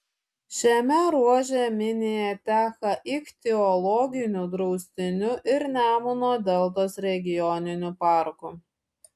šiame ruože minija teka ichtiologiniu draustiniu ir nemuno deltos regioniniu parku